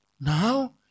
Now